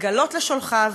לגלות לשולחיו,